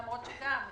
למרות ---.